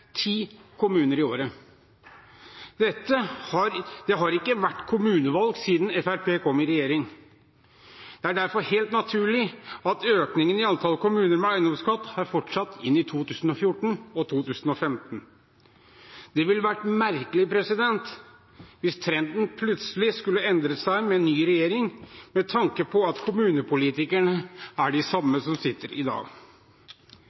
ti kommuner i året. Det har ikke vært kommunevalg siden Fremskrittspartiet kom i regjering. Det er derfor helt naturlig at økningen i antallet kommuner med eiendomsskatt har fortsatt inn i 2014 og 2015. Det ville vært merkelig hvis trenden plutselig skulle endret seg med ny regjering, med tanke på at det er de samme kommunepolitikerne som sitter i dag.